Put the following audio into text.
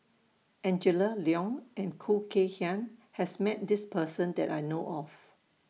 Angela Liong and Khoo Kay Hian has Met This Person that I know of